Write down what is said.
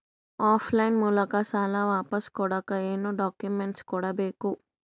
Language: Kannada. ಆಫ್ ಲೈನ್ ಮೂಲಕ ಸಾಲ ವಾಪಸ್ ಕೊಡಕ್ ಏನು ಡಾಕ್ಯೂಮೆಂಟ್ಸ್ ಕೊಡಬೇಕು?